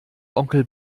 onkel